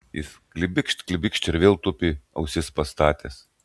jis klibikšt klibikšt ir vėl tupi ausis pastatęs